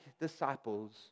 disciples